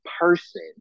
person